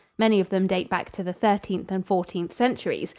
many of them date back to the thirteenth and fourteenth centuries,